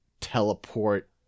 teleport